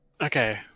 Okay